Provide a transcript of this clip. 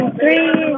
Three